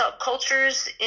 subcultures